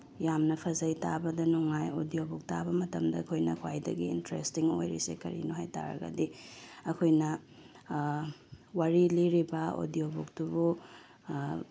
ꯌꯥꯝꯅ ꯐꯖꯩ ꯇꯥꯕꯗ ꯅꯨꯡꯉꯥꯏ ꯑꯣꯗꯤꯌꯣ ꯕꯨꯛ ꯇꯥꯕ ꯃꯇꯝꯗ ꯑꯩꯈꯣꯏꯅ ꯈ꯭ꯋꯥꯏꯗꯒꯤ ꯏꯟꯇꯔꯦꯁꯇꯤꯡ ꯑꯣꯏꯔꯤꯁꯦ ꯀꯔꯤꯅꯣ ꯍꯥꯏꯕ ꯇꯥꯔꯗꯤ ꯑꯩꯈꯣꯏꯅ ꯋꯥꯔꯤ ꯂꯤꯔꯤꯕ ꯑꯣꯗꯤꯌꯣ ꯕꯨꯛꯇꯨꯕꯨ